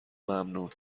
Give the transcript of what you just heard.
ممنون